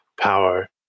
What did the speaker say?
power